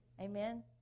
Amen